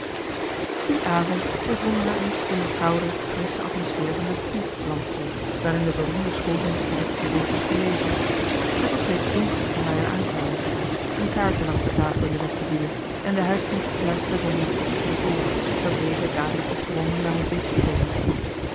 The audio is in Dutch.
dien avond bevonden wij ons in de koude frissche atmosfeer van de peah landstreek waarin de beroemde school van dr huxtable is gelegen het was reeds donker toen wij er aankwamen een kaartje lag op de tafel in de vestibule en de huisknecht fluisterde zijn meester iets in het oor dat deze dadelijk opgewonden naar ons deed toe